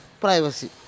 privacy